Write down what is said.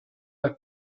alla